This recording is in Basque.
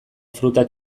fruta